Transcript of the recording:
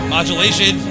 Modulation